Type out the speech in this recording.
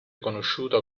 conosciuta